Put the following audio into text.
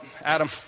Adam